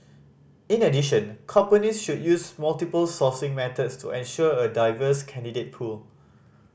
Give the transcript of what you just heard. in addition companies should use multiple sourcing methods to ensure a diverse candidate pool